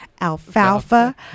Alfalfa